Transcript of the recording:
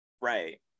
right